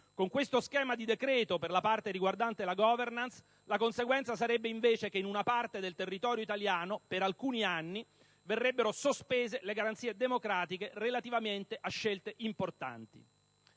Con questo schema di decreto, per la parte riguardante la *governance*, la conseguenza sarebbe invece che per alcuni anni in una parte di territorio italiano verrebbero sospese le garanzie democratiche relativamente a scelte importanti.